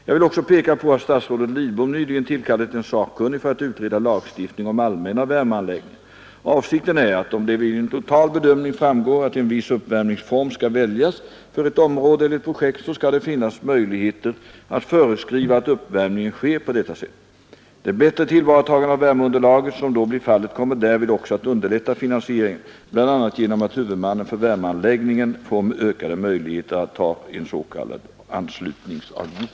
Jag vill också peka på att statsrådet Lidbom nyligen tillkallat en sakkunnig för att utreda lagstiftning om allmänna värmeanläggningar. Avsikten är att om det vid en total bedömning framgår att en viss uppvärmningsform skall väljas för ett område eller ett projekt, så skall det finnas möjligheter att föreskriva att uppvärmningen sker på detta sätt. Det bättre tillvaratagandet av värmeunderlaget som då blir fallet kommer därvid också att underlätta finansieringen, bl.a. genom att huvudmannen för värmeanläggningen får ökade möjligheter att ta ut s.k. anslutningsavgift.